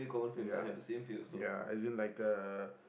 ya ya as in like a